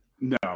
no